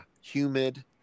humid